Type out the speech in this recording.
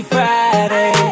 Friday